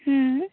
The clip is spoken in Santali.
ᱦᱩᱸᱻ